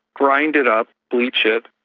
grind it up, bleach it,